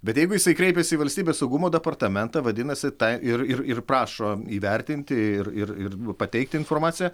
bet jeigu jisai kreipėsi į valstybės saugumo departamentą vadinasi tą ir ir ir prašo įvertinti ir ir ir pateikti informaciją